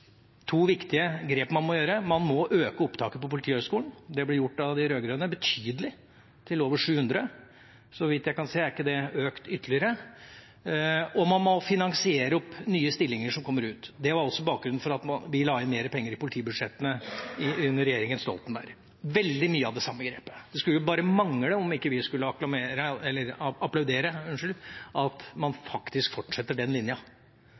to viktige grep man må gjøre. Man må øke opptaket på Politihøgskolen, det ble i betydelig grad gjort av de rød-grønne, til over 700. Så vidt jeg kan se er ikke det økt ytterligere. Og man må finansiere nye stillinger som kommer ut. Det var også bakgrunnen for at vi la mer penger i politibudsjettene under regjeringen Stoltenberg, veldig mye av de samme grepene. Det skulle bare mangle om ikke vi skulle applaudere at man faktisk fortsetter den